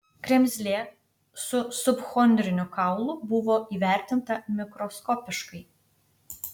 kremzlė su subchondriniu kaulu buvo įvertinta mikroskopiškai